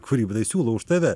kūryba jinai siūlo už tave